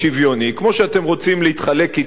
כמו שאתם רוצים להתחלק אתנו כאן,